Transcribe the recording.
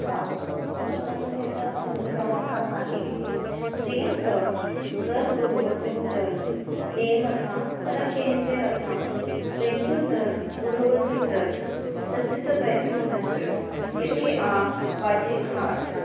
हा मुंहिंजा पसंदीदा सिंधी पहाका आहिनि जीअं त घरु गुरूअ जो दरु ॾे मथां पर कंहिंजे हथां पंहिंजो दरु गुरूअ जो दरु सचु त वेठो नचु लिखे आप वाजे खाद